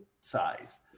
size